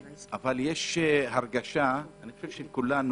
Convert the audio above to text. אבל יש הרגשה, אני חושב של כולנו,